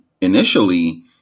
initially